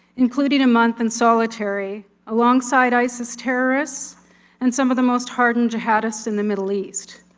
including a month in solitary, along side isis terrorists and some of the most hardened jihadists in the middle east.